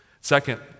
Second